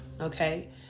okay